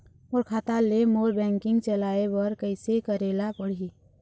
मोर खाता ले मोर बैंकिंग चलाए बर कइसे करेला पढ़ही?